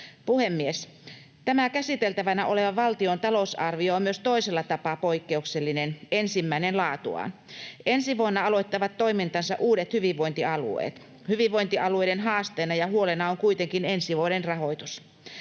Puhemies! Tämä käsiteltävänä oleva valtion talousarvio on myös toisella tapaa poikkeuksellinen, ensimmäinen laatuaan. Ensi vuonna aloittavat toimintansa uudet hyvinvointialueet. Hyvinvointialueiden haasteena ja huolena on kuitenkin ensi vuoden rahoitus.